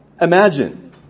imagine